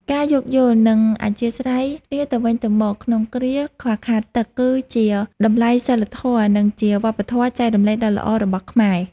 ការយល់យោគ និងអធ្យាស្រ័យគ្នាទៅវិញទៅមកក្នុងគ្រាខ្វះខាតទឹកគឺជាតម្លៃសីលធម៌ និងជាវប្បធម៌ចែករំលែកដ៏ល្អរបស់ខ្មែរ។